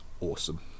awesome